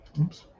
oops